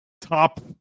top